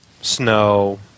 snow